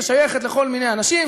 ששייכת לכל מיני אנשים,